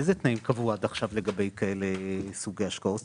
איזה תנאים קבעו עד עכשיו לגבי סוגי השקעות